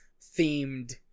themed